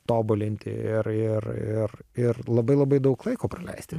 tobulinti ir ir ir ir labai labai daug laiko praleisti